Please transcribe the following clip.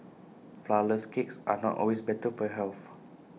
Flourless Cakes are not always better for health